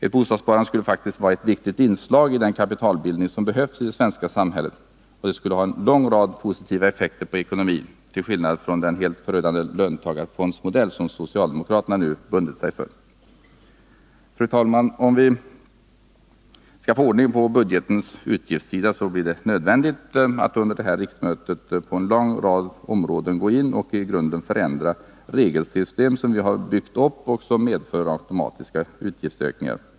Ett bostadssparande skulle fåktiskt kunna vara ett viktigt inslag i den kapitalbildning som behövs i det svenska samhället. Det skulle ha en lång rad positiva effekter på ekonomin -— till skillnad från den helt förödande löntagarfondsmodell som socialdemokraterna nu bundit sig för. Fru talman! Om vi skall få ordning på budgetens utgiftssida blir det nödvändigt att under detta riksmöte på en lång rad områden gå in och i grunden förändra de regelsystem som vi har byggt upp och som medför automatiska utgiftsökningar.